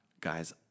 guys